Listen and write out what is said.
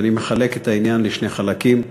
ואני מחלק את העניין לשני חלקים: